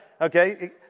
Okay